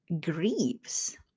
grieves